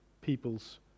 people's